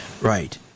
Right